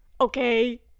okay